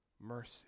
mercy